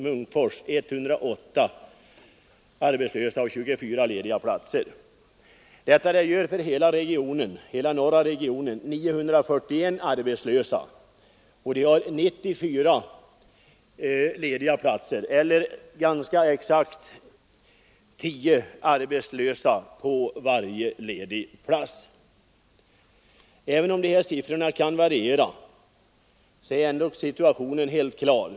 Även om siffrorna kan variera något vid olika tillfällen är dock situationen helt klar.